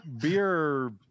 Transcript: beer